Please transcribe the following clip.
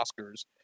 Oscars